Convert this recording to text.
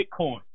Bitcoin